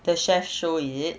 the chef show is it